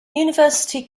university